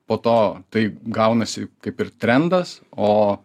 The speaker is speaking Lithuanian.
po to tai gaunasi kaip ir trendas o